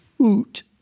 Oot